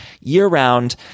year-round